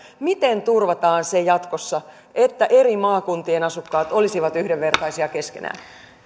miten turvataan se jatkossa että eri maakuntien asukkaat olisivat yhdenvertaisia keskenään